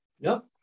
No